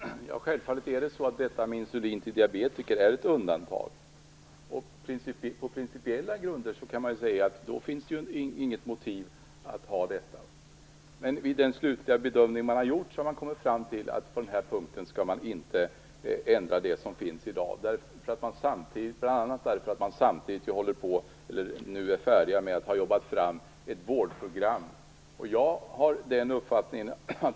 Fru talman! Självfallet är insulin till diabetikerna ett undantag. På principiella grunder kan man säga att det inte finns något motiv för detta. Men vid den slutliga bedömningen som gjorts har man kommit fram till att man på den punkten inte skall ändra det som gäller i dag. Det beror bl.a. på att man har jobbat fram ett vårdprogram, som nu är färdigt.